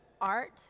art